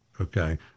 okay